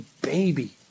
baby